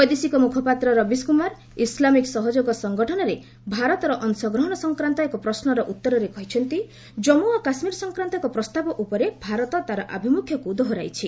ବୈଦେଶିକ ମୁଖପାତ୍ର ରବୀଶ କୁମାର ଇସ୍ଲାମିକ୍ ସହଯୋଗ ସଙ୍ଗଠନରେ ଭାରତର ଅଂଶଗ୍ରହଣ ସଂକ୍ରାନ୍ତ ଏକ ପ୍ରଶ୍ୱର ଉତ୍ତରରେ କହିଛନ୍ତି ଜନ୍ମୁ ଓ କାଶ୍ମୀର ସଂକ୍ରାନ୍ତ ଏକ ପ୍ରସ୍ତାବ ଉପରେ ଭାରତ ତା'ର ଏହି ଆଭିମୁଖ୍ୟକୁ ଦୋହରାଇଛି